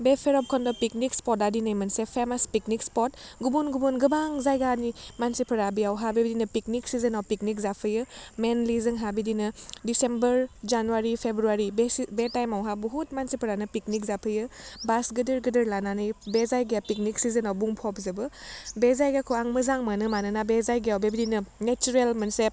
बे भेरबखुन्द पिकनिक स्फथआ दिनै मोनसे फेमास मोनसे पिकनिक स्फथ गुबुन गुबुन गोबां जायगानि मानसिफोरा बेवहाय बेबायदिनो पिकनिक सिजेनाव पिकनिक जाफैयो मेनलि जोंहा बिदिनो डिसेम्बर जानुवारि फेब्रुवारि बे टाइमआवहाय बुहुथ मानसिफोरानो पिकनिक जाफैयो बास गिदिर गिदिर लानानै बे जाइगाया पिकनिक सिजोनाव बुंफबजोबो बे जायगाखौ मोजां मोनो मानोना बे जायगायाव बेबायदिनो नेचुरेल मोनसे